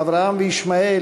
אברהם וישמעאל,